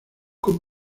con